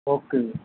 okay ਜੀ